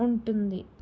ఉంటుంది